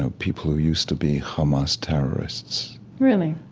so people who used to be hamas terrorists, really,